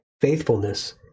faithfulness